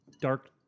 dark